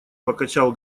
покачал